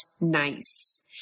nice